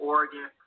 Oregon